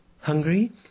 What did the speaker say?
Hungry